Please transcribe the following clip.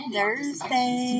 Thursday